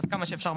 עד כמה שאפשר.